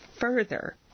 further